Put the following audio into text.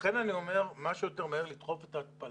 לכן אני אומר, מה שיותר מהר לדחוף את ההתפלה,